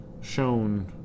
shown